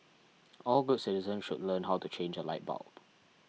all good citizens should learn how to change a light bulb